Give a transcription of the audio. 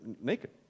naked